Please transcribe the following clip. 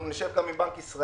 אנחנו נשב גם עם בנק ישראל.